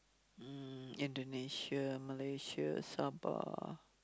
mm Indonesia Malaysia Sabah